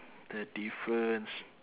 the difference